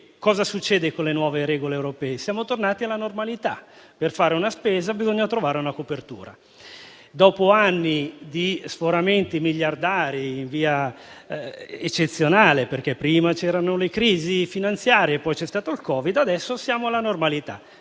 regole europee. Con le nuove regole europee, siamo tornati alla normalità: per fare una spesa, bisogna trovare una copertura. Dopo anni di sforamenti miliardari in via eccezionale - prima c'erano le crisi finanziarie, poi c'è stato il Covid - adesso siamo alla normalità: